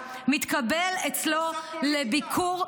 מלוכלכת,